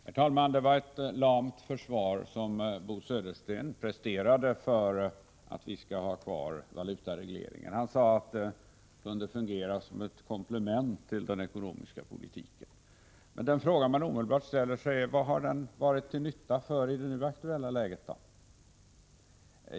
Herr talman! Det var ett lamt försvar som Bo Södersten presterade för att vi skall ha kvar valutaregleringen. Han sade att den kunde fungera som ett komplement till den ekonomiska politiken. Den fråga man omedelbart ställer sig är till vilken nytta den har varit i det nu uppkomna läget.